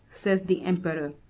says the emperor,